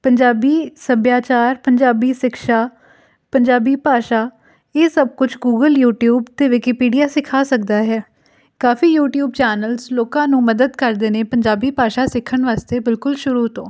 ਪੰਜਾਬੀ ਸੱਭਿਆਚਾਰ ਪੰਜਾਬੀ ਸਿਕਸ਼ਾ ਪੰਜਾਬੀ ਭਾਸ਼ਾ ਇਹ ਸਭ ਕੁਝ ਗੂਗਲ ਯੂਟਿਊਬ ਅਤੇ ਵਿਕੀਪੀਡੀਆ ਸਿਖਾ ਸਕਦਾ ਹੈ ਕਾਫੀ ਯੂਟਿਊਬ ਚੈਨਲਸ ਲੋਕਾਂ ਨੂੰ ਮਦਦ ਕਰਦੇ ਨੇ ਪੰਜਾਬੀ ਭਾਸ਼ਾ ਸਿੱਖਣ ਵਾਸਤੇ ਬਿਲਕੁਲ ਸ਼ੁਰੂ ਤੋਂ